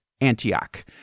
Antioch